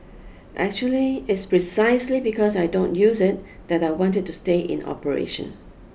actually it's precisely because I don't use it that I want it to stay in operation